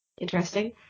Interesting